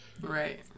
Right